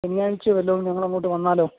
ശനിയാഴ്ച വല്ലതും ഞങ്ങൾ അങ്ങോട്ട് വന്നാലോ